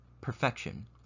perfection